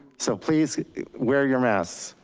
so please wear your masks.